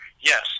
Yes